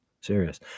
Serious